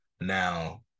Now